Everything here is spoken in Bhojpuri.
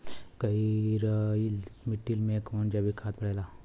करइल मिट्टी में कवन जैविक खाद पड़ेला?